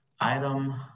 Item